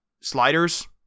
Sliders